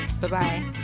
Bye-bye